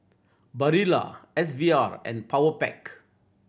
Barilla S V R and Powerpac